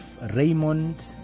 Raymond